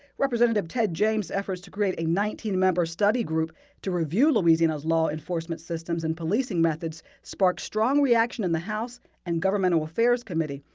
representative ted james' effort to create the nineteen member study group to review louisiana's law enforcement systems and policing methods sparked strong reactions in the house and governmental affairs committee.